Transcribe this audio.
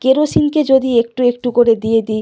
কেরোসিনকে যদি একটু একটু করে দিয়ে দিই